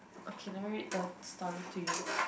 okay let me read the story to you